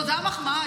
תודה על המחמאה.